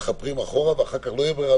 מתחפרים אחורה ואחר כך לא תהיה ברירה,